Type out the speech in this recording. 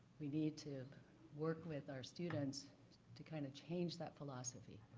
we need to work with our students to kind of change that philosophy.